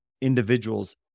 individual's